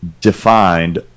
defined